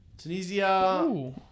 Tunisia